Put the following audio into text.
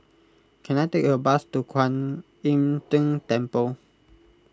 can I take a bus to Kwan Im Tng Temple